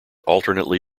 alternately